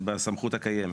בסמכות הקיימת